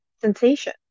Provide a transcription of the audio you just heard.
sensation